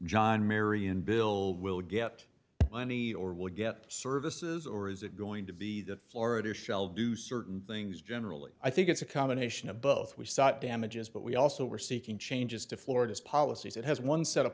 john marion bill will get money or will get services or is it going to be that florida shall do certain things generally i think it's a combination of both we sought damages but we also were seeking changes to florida's policy that has one set of